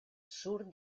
surt